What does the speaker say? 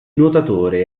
nuotatore